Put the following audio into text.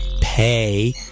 pay